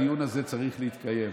הדיון הזה צריך להתקיים.